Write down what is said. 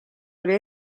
oli